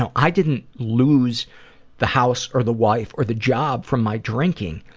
i didn't lose the house or the wife or the job from my drinking.